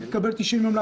אנחנו נמשיך לקיים אותו.